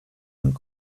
und